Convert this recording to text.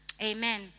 Amen